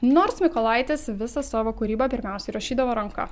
nors mykolaitis visą savo kūrybą pirmiausiai rašydavo ranka